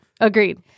Agreed